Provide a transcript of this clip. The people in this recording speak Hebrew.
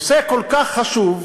הנושא כל כך חשוב,